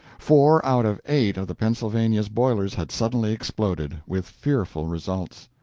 four out of eight of the pennsylvania's boilers had suddenly exploded, with fearful results.